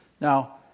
Now